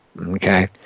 Okay